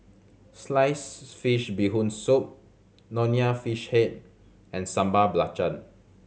sliced fish Bee Hoon Soup Nonya Fish Head and Sambal Belacan